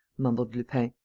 mumbled lupin.